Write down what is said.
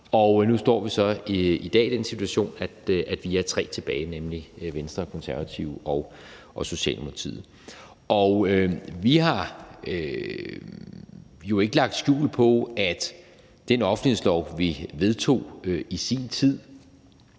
nu står vi så i dag i den situation, at vi er tre tilbage, nemlig Venstre, Konservative og Socialdemokratiet. Vi har jo ikke lagt skjul på, at den offentlighedslov, som vi vedtog i sin tid,